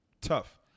Tough